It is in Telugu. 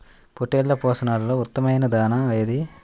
పొట్టెళ్ల పోషణలో ఉత్తమమైన దాణా ఏది?